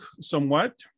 somewhat